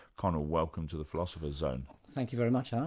conal, welcome to the philosopher's zone. thank you very much, um